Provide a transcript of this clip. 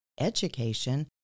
education